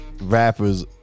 rappers